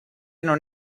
non